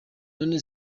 none